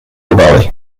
valley